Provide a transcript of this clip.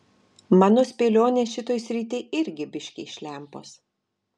mano spėlionės šitoj srity irgi biškį iš lempos